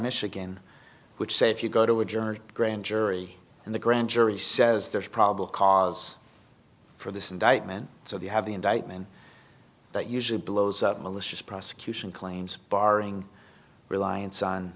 michigan which say if you go to a jury grand jury and the grand jury says there's probable cause for this indictment so they have the indictment that usually blows out malicious prosecution claims barring reliance on